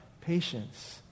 patience